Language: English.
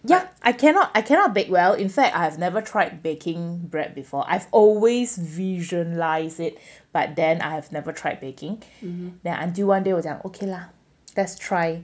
yup I cannot I cannot bake well in fact I have never tried baking bread before I've always visualise it but then I've never tried baking then until one day 我讲 okay lah let's try